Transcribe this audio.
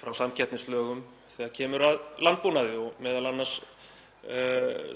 frá samkeppnislögum þegar kemur að landbúnaði og eru